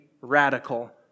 radical